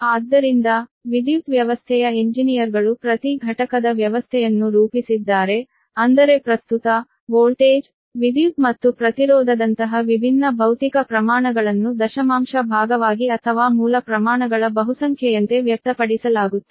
ಆದ್ದರಿಂದ ವಿದ್ಯುತ್ ವ್ಯವಸ್ಥೆಯ ಎಂಜಿನಿಯರ್ಗಳು ಪ್ರತಿ ಘಟಕದ ವ್ಯವಸ್ಥೆಯನ್ನು ರೂಪಿಸಿದ್ದಾರೆ ಅಂದರೆ ಪ್ರಸ್ತುತ ವೋಲ್ಟೇಜ್ ವಿದ್ಯುತ್ ಮತ್ತು ಪ್ರತಿರೋಧದಂತಹ ವಿಭಿನ್ನ ಭೌತಿಕ ಪ್ರಮಾಣಗಳನ್ನು ದಶಮಾಂಶ ಭಾಗವಾಗಿ ಅಥವಾ ಮೂಲ ಪ್ರಮಾಣಗಳ ಬಹುಸಂಖ್ಯೆಯಂತೆ ವ್ಯಕ್ತಪಡಿಸಲಾಗುತ್ತದೆ